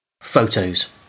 photos